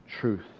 truth